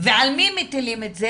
ועל מי מטילים את זה?